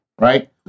right